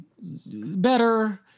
better